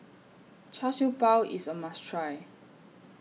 Char Siew Bao IS A must Try